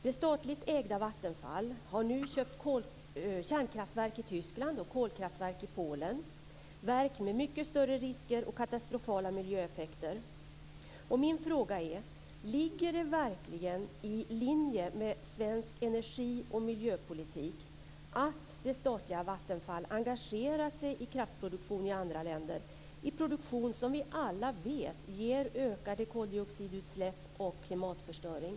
Det statligt ägda Vattenfall har nu köpt kärnkraftverk i Tyskland och kolkraftverk i Polen, verk med mycket större risker och katastrofala miljöeffekter. Min fråga är: Ligger det verkligen i linje med svensk energi och miljöpolitik att det statliga Vattenfall engagerar sig i kraftproduktion i andra länder som vi alla vet ger ökade koldioxidutsläpp och klimatförstöring?